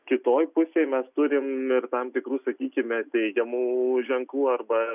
kitoj pusėj mes turim ir tam tikrų sakykime teigiamų ženklų arba